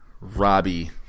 Robbie